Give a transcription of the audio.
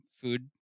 food